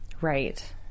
Right